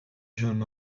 jeune